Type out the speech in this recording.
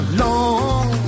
long